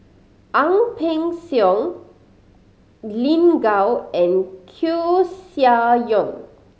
Ang Peng Siong Lin Gao and Koeh Sia Yong